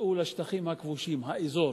מצאו לשטחים הכבושים: האזור.